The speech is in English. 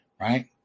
right